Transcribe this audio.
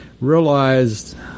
realized